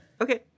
Okay